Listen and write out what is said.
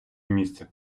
місце